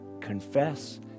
Confess